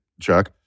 Chuck